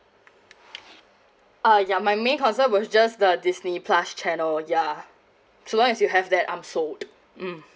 uh ya my main concern was just the disney plus channel ya as long as you have that I'm sold mm